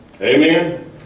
amen